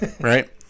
Right